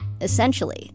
essentially